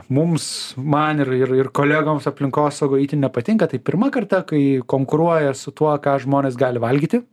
mums man ir ir kolegoms aplinkosaugoj itin nepatinka tai pirma karta kai konkuruoja su tuo ką žmonės gali valgyti